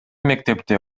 мектепте